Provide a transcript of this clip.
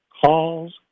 calls